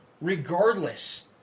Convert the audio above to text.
Regardless